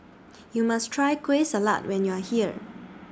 YOU must Try Kueh Salat when YOU Are here